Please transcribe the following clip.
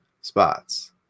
spots